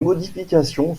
modifications